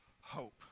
hope